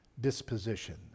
disposition